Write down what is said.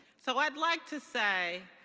so i'd like to say,